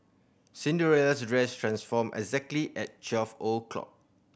Cinderella's dress transformed exactly at twelve o'clock